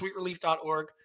sweetrelief.org